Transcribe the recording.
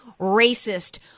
racist